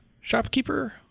shopkeeper